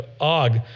Og